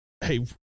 hey